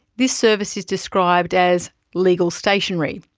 this service is described as legal stationery.